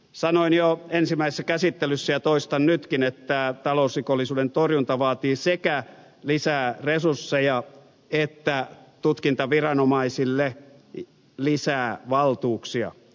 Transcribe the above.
sanoin jo ensimmäisessä käsittelyssä ja toistan nytkin että talousrikollisuuden torjunta vaatii sekä lisää resursseja että tutkintaviranomaisille lisää valtuuksia